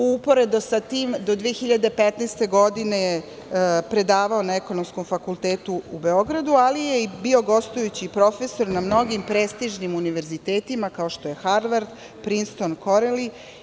Uporedo sa tim, do 2015. godine je predavao na Ekonomskom fakultetu u Beogradu, ali je bio gostujući profesor na mnogim prestižnim univerzitetima, kao što je Harvard, Prinston, Koreli.